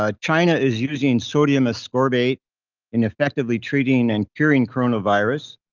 ah china is using sodium ascorbate in effectively treating and curing coronavirus.